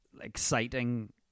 exciting